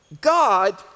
God